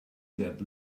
that